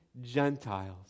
Gentiles